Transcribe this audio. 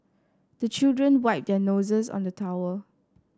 the children wipe their noses on the towel